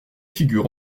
figure